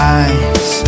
eyes